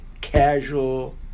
casual